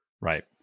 Right